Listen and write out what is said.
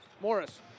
Morris